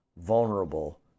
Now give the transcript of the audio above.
vulnerable